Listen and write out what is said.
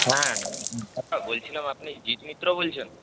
হ্যাঁ দাদা বলছিলাম আপনি জিৎ মিত্র বলছেন